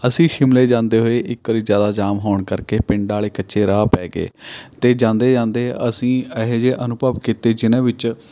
ਅਸੀਂ ਸ਼ਿਮਲੇ ਜਾਂਦੇ ਹੋਏ ਇੱਕ ਵਾਰੀ ਜ਼ਿਆਦਾ ਜਾਮ ਹੋਣ ਕਰਕੇ ਪਿੰਡ ਵਾਲੇ ਕੱਚੇ ਰਾਹ ਪੈ ਗਏ ਅਤੇ ਜਾਂਦੇ ਜਾਂਦੇ ਅਸੀਂ ਇਹੋ ਜਿਹੇ ਅਨੁਭਵ ਕੀਤੇ ਜਿਹਨਾਂ ਵਿੱਚ